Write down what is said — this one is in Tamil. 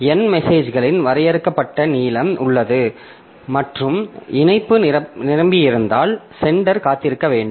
N மெசேஜ்களின் வரையறுக்கப்பட்ட நீளம் உள்ளது மற்றும் இணைப்பு நிரம்பியிருந்தால் சென்டர் காத்திருக்க வேண்டும்